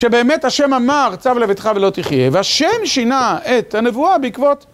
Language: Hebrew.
כשבאמת ה' אמר, צו לביתך ולא תחיה, וה' שינה את הנבואה בעקבות...